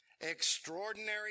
extraordinary